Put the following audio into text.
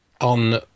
on